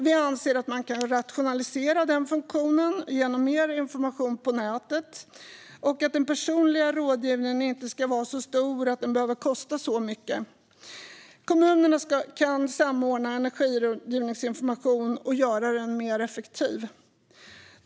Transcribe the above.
Vi anser att man kan rationalisera den funktionen genom mer information på nätet och att den personliga rådgivningen inte ska vara så stor att den behöver kosta så mycket. Kommunerna kan samordna energirådgivningsinformation och göra den mer effektiv.